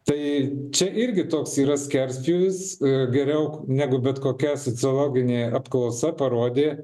tai čia irgi toks yra skerspjūvis geriau negu bet kokia sociologinė apklausa parodė